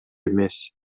эмес